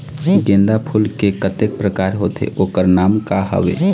गेंदा फूल के कतेक प्रकार होथे ओकर नाम का हवे?